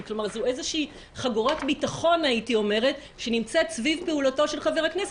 והוא זה שקובע בשאלה אם חבר הכנסת נמצא בניגוד עניינים או